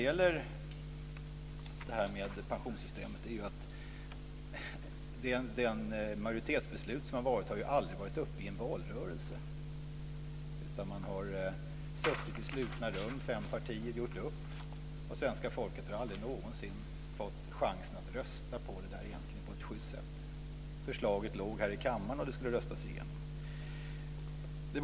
För det tredje så har det majoritetsbeslut som har fattats aldrig varit uppe i en valrörelse, utan fem partier har suttit i slutna rum och gjort upp. Svenska folket har egentligen aldrig någonsin fått chansen att rösta om detta på ett schyst sätt. Förslaget förelåg här i kammaren, och det skulle röstas igenom.